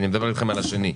ואני מדבר אתכם על השני,